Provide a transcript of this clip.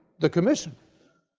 the commission.